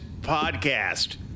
podcast